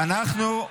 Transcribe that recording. חנוך,